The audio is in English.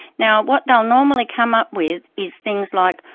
now, what they'll normally come up with is things like,